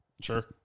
Sure